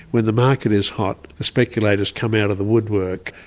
when the market is hot, the speculators come out of the woodwork,